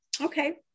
okay